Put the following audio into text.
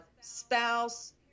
spouse